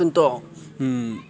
କିନ୍ତୁ